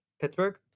pittsburgh